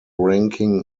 ranking